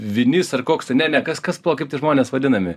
vinis ar koks ten ne ne kas kas pala kaip tie žmonės vadinami